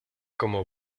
como